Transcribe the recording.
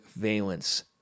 valence